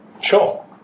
Sure